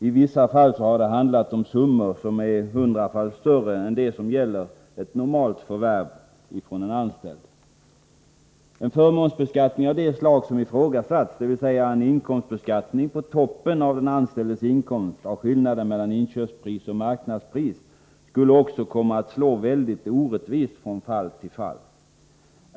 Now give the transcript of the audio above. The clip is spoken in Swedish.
I vissa fall har det handlat om summor som varit hundrafalt större än vad som gäller vid normala förvärv från en anställds sida. En förmånsbeskattning av det slag som ifrågasätts — dvs. en beskattning på toppen av den anställdes inkomst av skillnaden mellan inköpspris och marknadspris — skulle också komma att slå mycket orättvist från fall till fall.